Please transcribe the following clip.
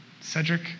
Cedric